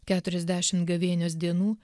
keturiasdešimt gavėnios dienų